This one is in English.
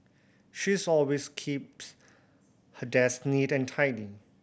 she's always keeps her desk neat and tidy